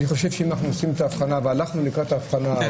אני חושב שאם אנחנו עושים את האבחנה והלכנו לקראת האבחנה,